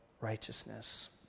righteousness